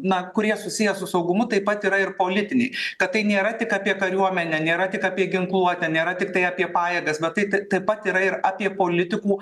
na kurie susiję su saugumu taip pat yra ir politiniai kad tai nėra tik apie kariuomenę nėra tik apie ginkluotę nėra tiktai apie pajėgas bet tai tai taip pat yra ir apie politikų